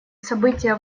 события